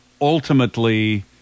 ultimately